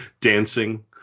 dancing